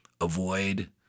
avoid